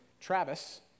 Travis